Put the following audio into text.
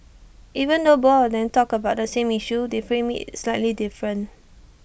even though both of them talked about the same issue they framed IT slightly different